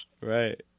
Right